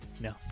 No